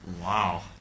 Wow